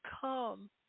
come